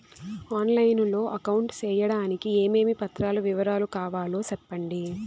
On line లో account సేయడానికి ఏమేమి పత్రాల వివరాలు కావాలో సెప్పండి?